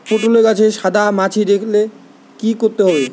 পটলে গাছে সাদা মাছি দেখালে কি করতে হবে?